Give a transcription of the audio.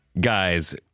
guys